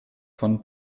von